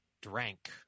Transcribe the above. drank